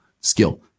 skill